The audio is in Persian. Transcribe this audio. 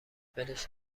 ولش